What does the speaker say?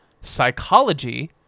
Psychology